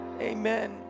amen